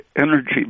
energy